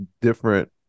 different